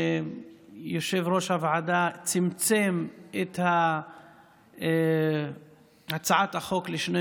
יושב-ראש הוועדה צמצם את הצעת החוק לשני